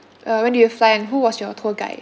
uh when did you fly and who was your tour guide